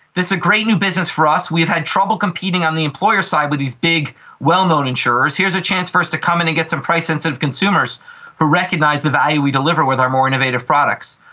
this is a great new business for us, we've had trouble competing on the employer side with these big well-known insurers, here's a chance for us to come in and get some price sensitive consumers who recognise the value we deliver with our more innovative products.